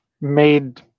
made